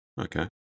Okay